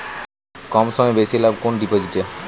কম সময়ে বেশি লাভ কোন ডিপোজিটে?